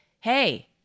hey